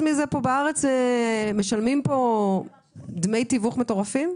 50% משלמים פה בארץ דמי תיווך מטורפים.